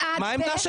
וזה הוכח בכל